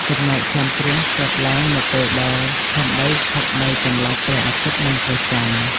ចំណែកចន្ទគ្រាសកើតឡើងនៅពេលដែល ផែនដីស្ថិតនៅចន្លោះព្រះអាទិត្យ និងព្រះចន្ទ ។